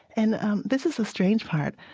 and um this is the strange part.